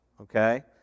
okay